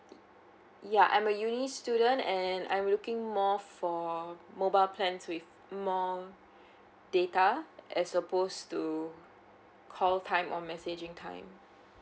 ya I'm a uni student and I'm looking more for mobile plans with more data as suppose to call time or messaging time